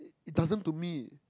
it doesn't to me